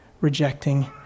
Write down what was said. rejecting